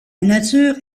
natures